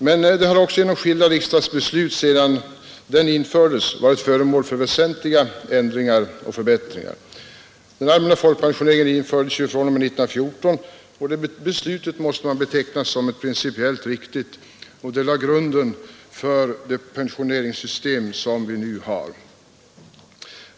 Systemet har också genom skilda riksdagsbeslut sedan det infördes varit föremål för väsentliga ändringar och förbättringar. Den allmänna folkpensioneringen infördes 1914. Det beslutet måste betecknas som principiellt riktigt, och det lade grunden för det pensioneringssystem som vi nu har.